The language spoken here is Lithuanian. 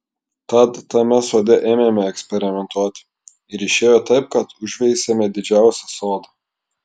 tad tame sode ėmėme eksperimentuoti ir išėjo taip kad užveisėme didžiausią sodą